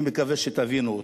ואני מקווה שתבינו אותו.